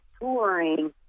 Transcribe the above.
touring